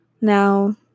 now